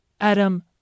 Adam